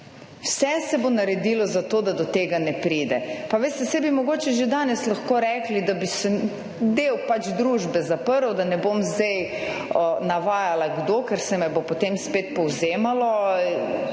Vse se bo naredilo za to, da do tega ne pride. Pa veste, saj bi mogoče že danes lahko rekli, da bi se del družbe zaprl, da ne bom zdaj navajala kdo, ker se me bo potem spet povzemalo